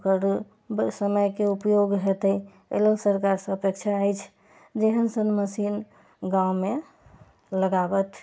ओकर समयके उपयोग हेतै एहि लेल सरकारसँ अपेक्षा अछि जे एहन सन मशीन गाँवमे लगाबथि